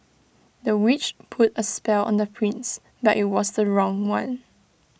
the witch put A spell on the prince but IT was the wrong one